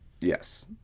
yes